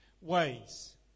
ways